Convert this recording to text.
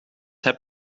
heb